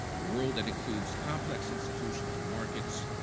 a world that includes complex institutions and markets,